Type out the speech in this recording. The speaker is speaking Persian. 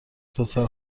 پسر